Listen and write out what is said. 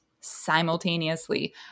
simultaneously